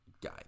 guy